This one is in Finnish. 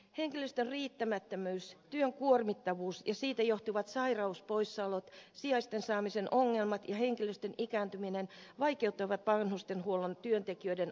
henkilöstön riittämättömyys työn kuormittavuus ja siitä johtuvat sairauspoissaolot sijaisten saamisen ongelmat ja henkilöstön ikääntyminen vaikeuttavat vanhustenhuollon työntekijöiden arkipäivää